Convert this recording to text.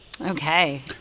Okay